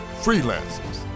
freelancers